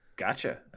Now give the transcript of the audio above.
Gotcha